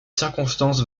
circonstances